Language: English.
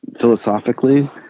philosophically